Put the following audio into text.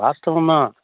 வாஸ்தவம்தான்